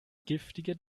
giftige